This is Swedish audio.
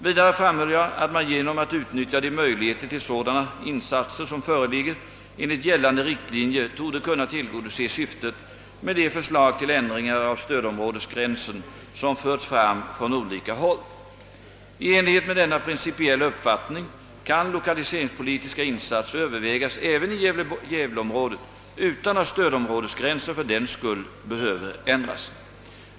Vidare framhöll jag att man genom att utnyttja de möjligheter till sådana insatser som föreligger enligt gällande riktlinjer torde kunna tillgodose syftet med de förslag till ändringar av stödområdesgränsen som förts fram från olika håll. I enlighet med denna principiella uppfattning kan lokaliseringspolitiska insatser Öövervägas även i gävleområdet utan att stödområdesgränsen för den skull behöver ändras.